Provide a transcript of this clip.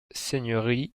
seigneurie